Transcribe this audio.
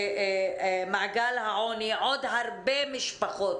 ולמעגל העוני עוד הרבה משפחות.